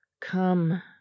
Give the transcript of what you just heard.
come